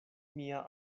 mia